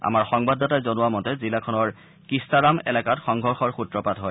আমাৰ সংবাদাদাতাই জনোৱা মতে জিলাখনৰ কিটাৰাম এলেকাত সংঘৰ্ষৰ সূত্ৰপাত হয়